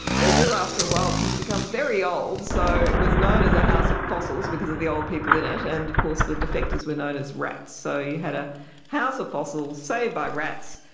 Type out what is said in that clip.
they do after a while tend to become very old, so it was known as a house of fossils because of the old people in it, and of course the defectors were known as rats. so you had a house of fossils, saved by rats.